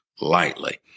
lightly